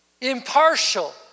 impartial